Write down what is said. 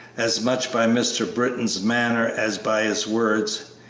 as much by mr. britton's manner as by his words,